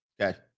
Okay